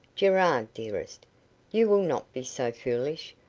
gerard dearest you will not be so foolish,